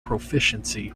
proficiency